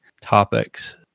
topics